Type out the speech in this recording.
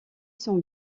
sont